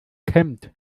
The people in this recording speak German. kämmt